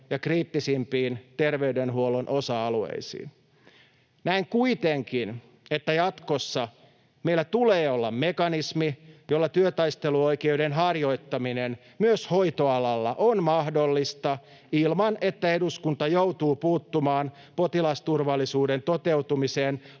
ja kriittisimpiin terveydenhuollon osa-alueisiin. Näen kuitenkin, että jatkossa meillä tulee olla mekanismi, jolla työtaisteluoikeuden harjoittaminen myös hoitoalalla on mahdollista ilman, että eduskunta joutuu puuttumaan potilasturvallisuuden toteutumiseen